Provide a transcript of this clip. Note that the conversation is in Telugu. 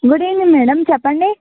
గుడ్ ఈవెనింగ్ మేడం చెప్పండి